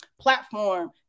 platform